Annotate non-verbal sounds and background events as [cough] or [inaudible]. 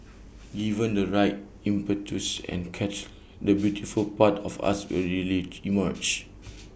given the right impetus and catalyst the beautiful part of us will really [unintelligible] emerge